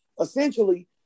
Essentially